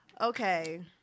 Okay